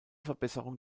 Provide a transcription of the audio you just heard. verbesserung